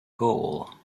goal